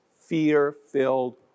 fear-filled